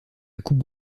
coupe